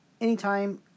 anytime